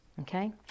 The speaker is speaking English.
okay